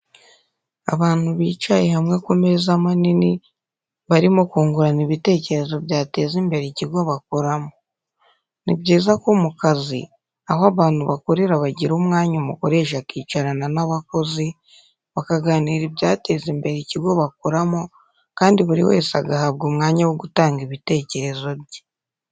Abantu bicaye hamwe ku meza manini barimo kungurana ibitekerezo byateza imbere ikigo bakoramo. Ni byiza ko mu kazi aho abantu bakorera bagira umwanya umukoresha akicarana n'abakozi bakaganira ibyateza imbere ikigo bakoramo kandi buri wese agahabwa umwanya wo gutanga ibitekerezo bye.